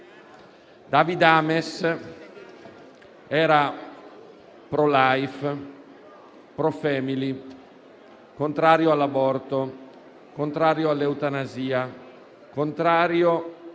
David Amess era *pro life*, *pro family*, contrario all'aborto, contrario all'eutanasia, contrario a tutto